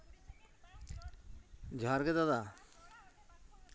ᱡᱚᱦᱟᱨ ᱜᱮ ᱫᱟᱫᱟ